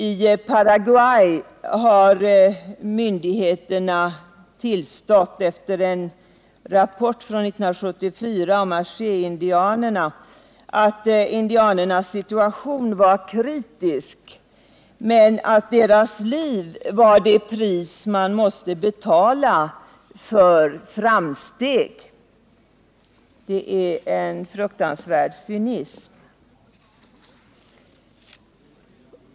I Paraguay har myndigheterna tillstått, efter en rapport från 1974 om achéindianerna, att indianernas situation var kritisk men att deras liv var det pris man måste betala för framsteg. Det är en fruktansvärd cynism.